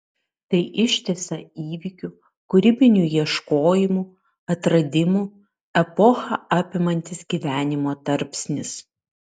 tai ištisą įvykių kūrybinių ieškojimų atradimų epochą apimantis gyvenimo tarpsnis